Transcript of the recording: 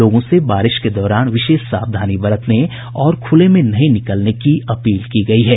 लोगों से बारिश के दौरान विशेष सावधानी बरतने और खुले में नहीं निकलने की अपील की गयी है